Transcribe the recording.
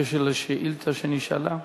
בקשר לשאילתא שנשאלה.